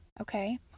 okay